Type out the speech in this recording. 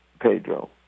Pedro